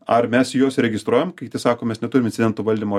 ar mes juos registruojam kiti sako mes neturime incidentų valdymo